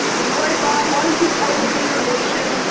mr. wright. bob, why don't you tell the vayner nation,